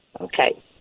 Okay